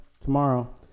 tomorrow